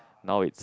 now it's